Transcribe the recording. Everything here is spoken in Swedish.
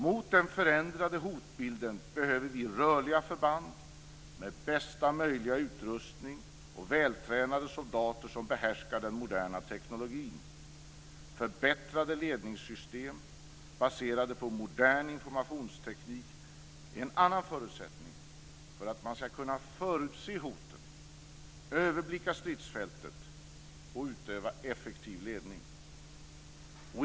Mot den förändrade hotbilden behöver vi rörliga förband med bästa möjliga utrustning och vältränade soldater som behärskar den moderna tekniken. Förbättrade ledningssystem baserade på modern informationsteknik är en annan förutsättning för att man ska kunna förutse hoten, överblicka stridsfältet och utöva effektiv ledning.